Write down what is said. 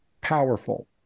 powerful